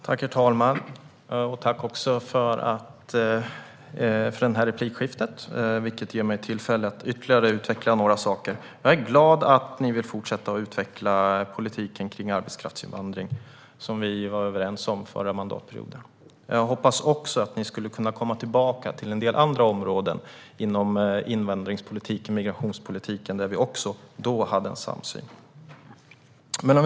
Herr talman! Jag tackar för detta replikskifte, vilket ger mig tillfälle att ytterligare utveckla några saker. Jag är glad att ni vill fortsätta att utveckla politiken rörande arbetskraftsinvandring, som vi var överens om förra mandatperioden. Jag hoppas också att ni kan komma tillbaka vad gäller vissa andra områden, inom invandrings och migrationspolitiken, där vi också hade en samsyn då.